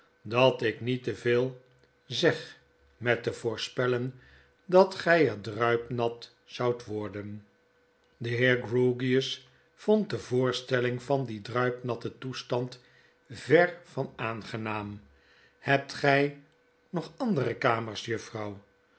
dat ik niet te veel zeg met te voorspellen dat gg er druip nat zoudt worden de heer grewgious vond de voorstelling van dien druipnatten toestand ver van aangenaam hebt gg nog andere kamers